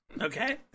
Okay